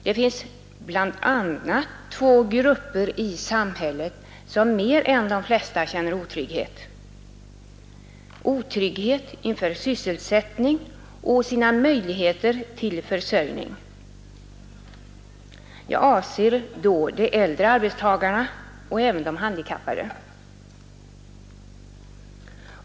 Det finns bl.a. två grupper i samhället som mer än de flesta känner otrygghet, otrygghet beträffande sysselsättning och möjligheterna till försörjning. Jag avser då de äldre arbetstagarna och även de handikappade.